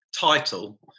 title